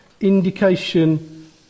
indication